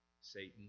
Satan